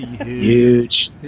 Huge